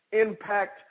impact